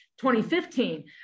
2015